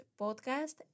podcast